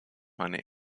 meine